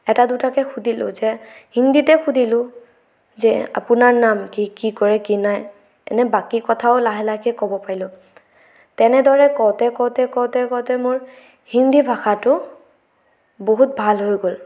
এটা দুটাকে সুধিলো যে হিন্দীতে সুধিলো যে আপোনাৰ নাম কি কি কৰে কি নাই এনে বাকী কথাও লাহে লাহেকে ক'ব পাৰিলো তেনেদৰে কওঁতে কওঁতে কওঁতে কওঁতে মোৰ হিন্দী ভাষাটো বহুত ভাল হৈ গ'ল